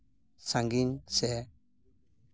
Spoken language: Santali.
ᱥᱟᱺᱜᱤᱧ ᱥᱮ